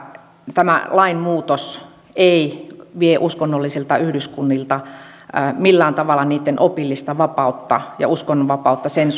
tämä lainmuutos ei vie uskonnollisilta yhdyskunnilta millään tavalla niitten opillista vapautta ja uskonnonvapautta sen